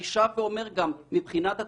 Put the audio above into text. אני שב ואומר, מבחינת הצרכן,